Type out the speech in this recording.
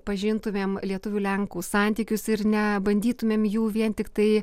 pažintumėm lietuvių lenkų santykius ir nebandytumėm jų vien tiktai